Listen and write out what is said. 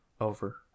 Over